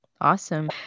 Awesome